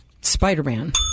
Spider-Man